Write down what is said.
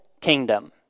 kingdom